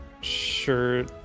sure